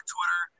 Twitter